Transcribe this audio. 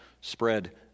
spread